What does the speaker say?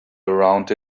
around